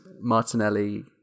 Martinelli